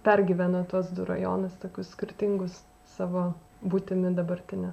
pergyveno tuos du rajonus tokius skirtingus savo būtimi dabartine